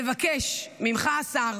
ולבקש ממך, השר,